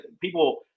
People –